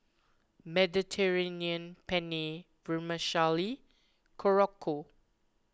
Mediterranean Penne Vermicelli Korokke